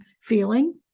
feeling